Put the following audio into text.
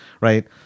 right